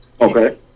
Okay